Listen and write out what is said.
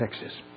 Texas